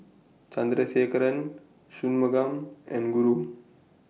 Chandrasekaran Shunmugam and Guru